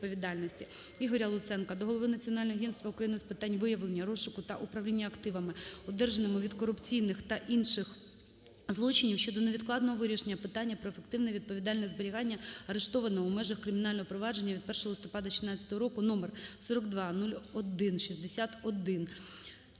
Ігоря Луценка до голови Національного агентства України з питань виявлення, розшуку та управління активами, одержаними від корупційних та інших злочинів щодо невідкладного вирішення питання про ефективне відповідальне зберігання арештованого, у межах кримінального провадження від 1 листопада 16-го року